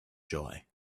joy